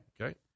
Okay